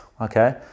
Okay